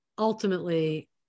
ultimately